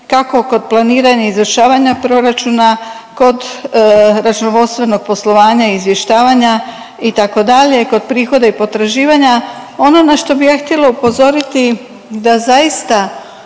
kako kod planiranja i izvršavanja proračuna, kod računovodstvenog poslovanja i izvještavanja, itd., kod prihoda i potraživanja, ono na što bi ja htjela upozoriti da zaista